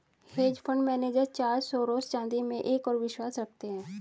hedge fund manager George Soros चांदी में एक और विश्वास रखते हैं